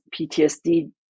PTSD